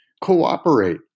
cooperate